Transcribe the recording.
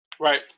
Right